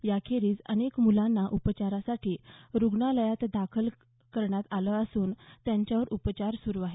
त्याखेरीज अनेक मुलांना उपचारासाठी रुग्णालयात दाखल करण्यात आलं असून त्यांच्यावर उपचार सुरू आहेत